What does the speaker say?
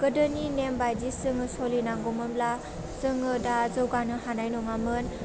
गोदोनि नेमबायदि जोङो सलिनांगौमोनब्ला जोङो दा जौगानो हानाय नङामोन